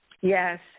Yes